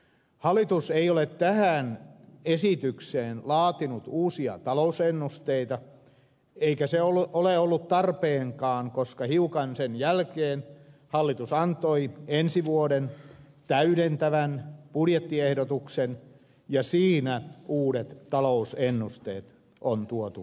hallitus ei ole tähän esitykseen laatinut uusia talousennusteita eikä se ole ollut tarpeenkaan koska hiukan sen jälkeen hallitus antoi ensi vuoden täydentävän budjettiehdotuksen ja siinä uudet talousennusteet on tuotu esille